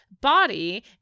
body